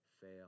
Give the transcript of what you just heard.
fail